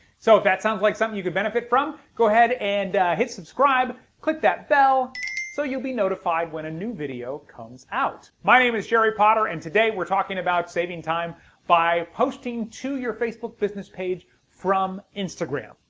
so if that sounds like something you could benefit from, go ahead and hit subscribe click that bell so you'll be notified when a new video comes out. my name is jerry potter and today we're talking about saving time by posting to your facebook business page from instagram.